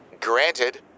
Granted